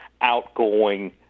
outgoing